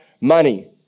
money